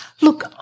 Look